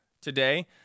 today